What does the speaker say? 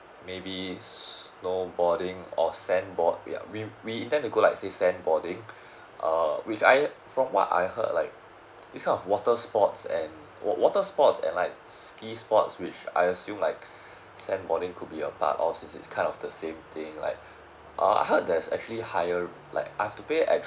maybe snowboarding or sandboard ya we we intend to go sandboarding uh which I from what I heard like this kind of water sports and water sports and like ski sports which I assume like sandboarding could be a part of its its kind of the same thing like uh I heard there's actually higher um like I've to pay extra